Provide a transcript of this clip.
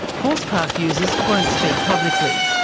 horse park users won't speak publicly.